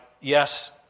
yes